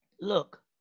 Look